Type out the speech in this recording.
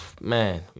man